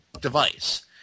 device